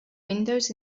windows